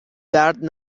درد